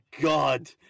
god